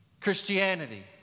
Christianity